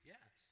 Yes